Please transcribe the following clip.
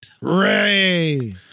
Ray